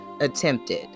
attempted